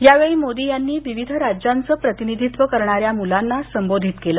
यावेळी मोदी यांनी विविध राज्यांचं प्रतिनिधीत्व करणाऱ्या मुलांना संबोधित केलं